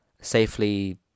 safely